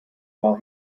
while